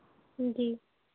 जी